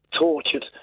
Tortured